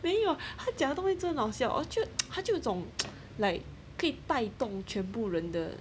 没有他讲的东西真的很好笑我觉他这种 like 可以带动全部人的